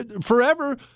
forever